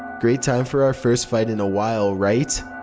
great time for our first fight in awhile, right?